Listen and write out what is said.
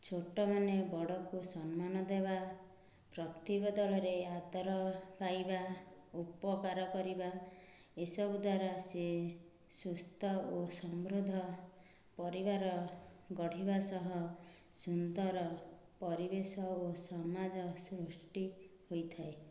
ଛୋଟମାନେ ବଡ଼କୁ ସମ୍ମାନ ଦେବା ପ୍ରତି ବଦଳରେ ଆଦର ପାଇବା ଉପକାର କରିବା ଏସବୁ ଦ୍ୱାରା ସିଏ ସୁସ୍ଥ ଓ ସମୃଦ୍ଧ ପରିବାର ଗଢ଼ିବା ସହ ସୁନ୍ଦର ପରିବେଶ ଓ ସମାଜ ସୃଷ୍ଟି ହୋଇଥାଏ